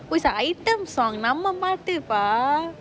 item song eh நம்ம பாட்டு பா:namma paatu paa